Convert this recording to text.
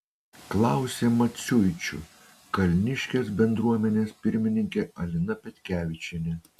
klausė maciuičių kalniškės bendruomenės pirmininkė alina petkevičienė